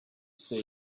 see